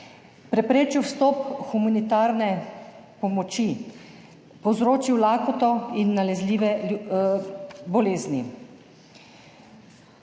preprečil vstop humanitarne pomoči, povzročil lakoto in nalezljive bolezni.